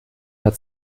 hat